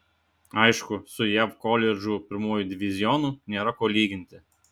aišku su jav koledžų pirmuoju divizionu nėra ko lyginti